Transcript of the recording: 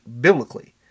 biblically